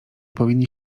powinni